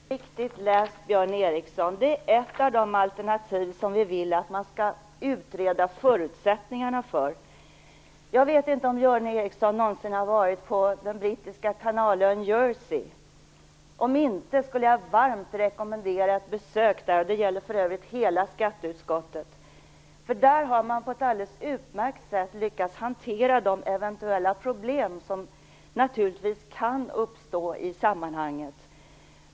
Herr talman! Det är alldeles riktigt läst, Björn Ericson. Det är ett av de alternativ som vi vill att man skall utreda förutsättningarna för. Jag vet inte om Björn Ericson någonsin har varit på den brittiska kanalön Jersey. Om inte skulle jag varmt rekommendera ett besök där och det gäller för övrigt hela skatteutskottet. Där har man på ett alldeles utmärkt sätt lyckats hantera de eventuella problem som naturligtvis kan uppstå i sammanhanget.